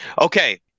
Okay